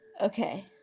Okay